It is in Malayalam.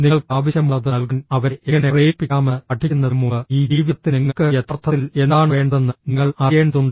നിങ്ങൾക്ക് ആവശ്യമുള്ളത് നൽകാൻ അവരെ എങ്ങനെ പ്രേരിപ്പിക്കാമെന്ന് പഠിക്കുന്നതിന് മുമ്പ് ഈ ജീവിതത്തിൽ നിങ്ങൾക്ക് യഥാർത്ഥത്തിൽ എന്താണ് വേണ്ടതെന്ന് നിങ്ങൾ അറിയേണ്ടതുണ്ട്